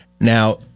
Now